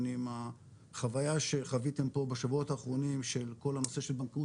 עם החוויה שחוויתם פה בשבועות האחרונים של כל הנושא של בנקאות